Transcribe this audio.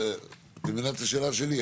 את מבינה את השאלה שלי?